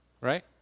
right